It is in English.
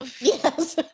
yes